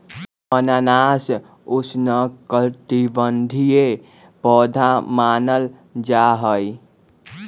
अनानास उष्णकटिबंधीय पौधा मानल जाहई